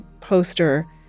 poster